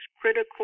critical